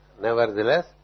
Nevertheless